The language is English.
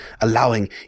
allowing